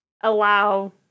allow